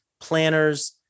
planners